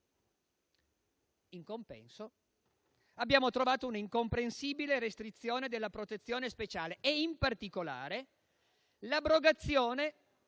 In compenso, abbiamo trovato un'incomprensibile restrizione della protezione speciale e in particolare l'abrogazione